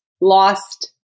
lost